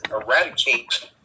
eradicate